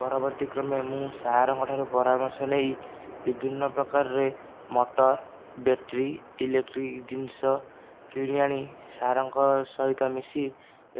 ପରବର୍ତ୍ତୀ କ୍ରମେ ମୁଁ ସାର୍ ଙ୍କ ଠାରୁ ପରାମର୍ଶ ନେଇ ବିଭିନ୍ନ ପ୍ରକାରରେ ମୋଟର ବ୍ୟାଟେରୀ ଇଲେକଟ୍ରିକ୍ ଜିନିଷ କିଣିଆଣି ସାର୍ ଙ୍କ ସହିତ ମିଶି